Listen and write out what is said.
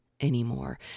anymore